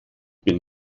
bin